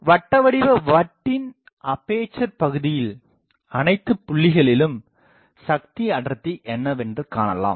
மேலும்வட்டவடிவ வட்டின்அப்பேசர் பகுதியில் அனைத்துப்புள்ளிகளிலும் சக்தி அடர்த்தி என்னவென்று காணலாம்